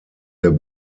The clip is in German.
der